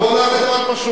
אז בואו נעשה דבר פשוט.